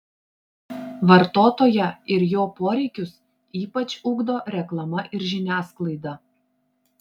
vartotoją ir jo poreikius ypač ugdo reklama ir žiniasklaida